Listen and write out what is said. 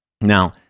Now